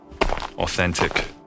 authentic